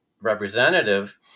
representative